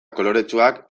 koloretsuak